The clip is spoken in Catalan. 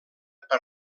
per